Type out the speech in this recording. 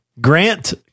Grant